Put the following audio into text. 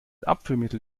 abführmittel